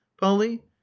polly